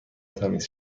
تمیز